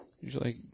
Usually